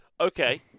Okay